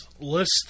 List